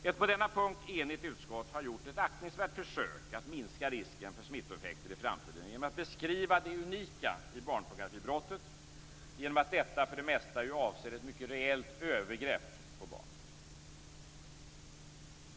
Ett på denna punkt enigt utskott har gjort ett aktningsvärt försök att minska risken för smittoeffekter i framtiden genom att beskriva det unika i barnpornografibrottet som att detta för det mesta avser ett mycket reellt övergrepp på barn.